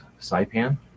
Saipan